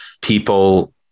people